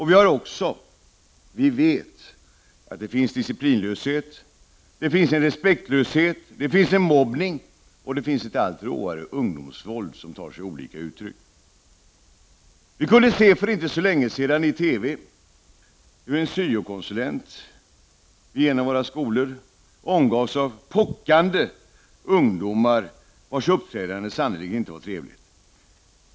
Vi vet också att det finns disciplinlöshet, en respektlöshet, mobbning och ett allt råare ungdomsvåld som tar sig olika uttryck. Vi kunde se för inte så länge sedan i TV hur en syokonsulent i en av våra skolor omgavs av pockande ungdomar vars uppträdande sannerligen inte var trevligt.